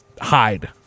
hide